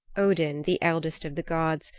odin, the eldest of the gods,